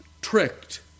tricked